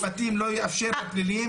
משרד המשפטים לא יאפשר לפליליים,